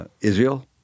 Israel